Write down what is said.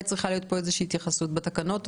צריכה להיות כאן איזושהי התייחסות בתקנות.